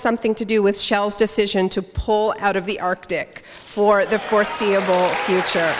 something to do with shells decision to pull out of the arctic for the foreseeable future